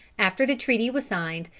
after the treaty was signed,